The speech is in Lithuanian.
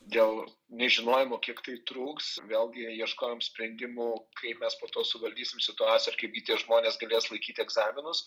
dėl nežinojimo kiek tai truks vėlgi ieškojom sprendimų kaip mes po to suvaldysim situaciją ir kaipgi tie žmonės galės laikyti egzaminus